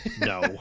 No